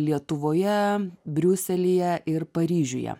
lietuvoje briuselyje ir paryžiuje